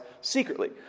secretly